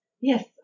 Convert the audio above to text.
Yes